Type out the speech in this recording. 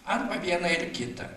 arba viena ir kita